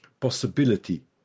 possibility